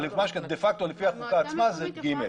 דה פקטו לפי החוקה עצמה זה ג'.